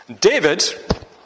David